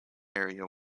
area